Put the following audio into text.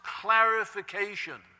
clarification